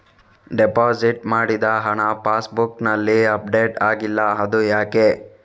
Deposit ಮಾಡಿದ ಹಣ ಪಾಸ್ ಬುಕ್ನಲ್ಲಿ ಅಪ್ಡೇಟ್ ಆಗಿಲ್ಲ ಅದು ಯಾಕೆ?